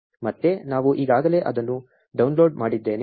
ಮತ್ತೆ ನಾನು ಈಗಾಗಲೇ ಅದನ್ನು ಡೌನ್ಲೋಡ್ ಮಾಡಿದ್ದೇನೆ